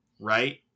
right